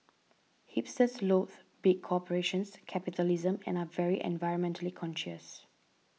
hipsters loath big corporations capitalism and are very environmentally conscious